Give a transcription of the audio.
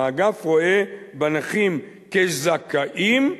האגף רואה בנכים זכאים,